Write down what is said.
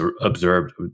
observed